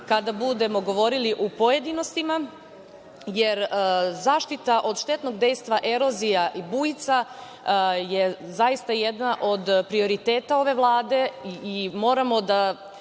kada budemo govorili u pojedinostima, jer zaštita od štetnog dejstva erozija i bujica je zaista jedan od prioriteta ove Vlade. Moramo da